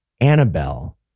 Annabelle